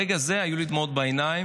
ברגע הזה היו לי דמעות בעיניים,